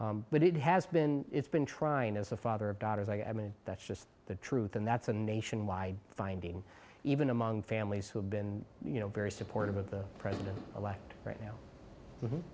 this but it has been it's been trying as a father of daughters i mean that's just the truth and that's a nationwide finding even among families who have been you know very supportive of the president elect right now